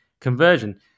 conversion